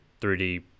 3d